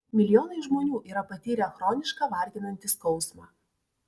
milijonai žmonių yra patyrę chronišką varginantį skausmą